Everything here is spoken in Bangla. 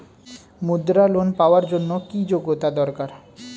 মুদ্রা লোন পাওয়ার জন্য কি যোগ্যতা দরকার?